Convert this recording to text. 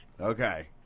Okay